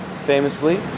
famously